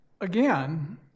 Again